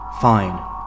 Fine